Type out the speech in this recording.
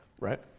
right